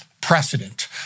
precedent